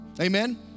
Amen